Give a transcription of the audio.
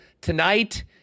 tonight